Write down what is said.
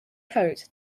coat